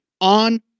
on